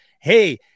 Hey